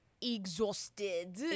exhausted